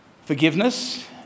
forgiveness